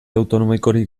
autonomikorik